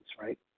right